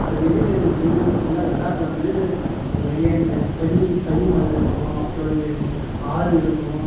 அது எதுக்கு எனக்கு சொல்கிறதுன்னு பார்த்திங்கனா லடாக்கு வந்து அங்கே நிறையா இந்த பனி பனி மலையிருக்கும் அப்புறோம் இந்த ஆறுருக்கும்